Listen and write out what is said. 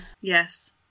Yes